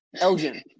Elgin